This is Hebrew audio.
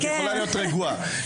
את יכולה להיות רגועה.